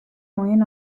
neuen